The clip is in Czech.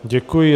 Děkuji.